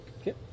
Okay